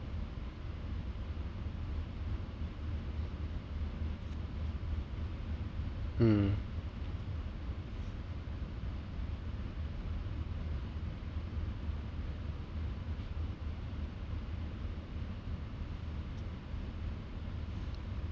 mm